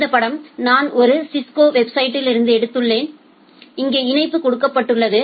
இந்த படம் நான் ஒரு சிஸ்கோ வெப்சைட்லிருந்து எடுத்துள்ளேன் இங்கே இணைப்பு கொடுக்கப்பட்டுள்ளது